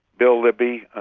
bill libby,